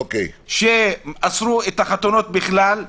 שאסרו את החתונות בכלל,